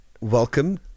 welcome